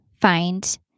find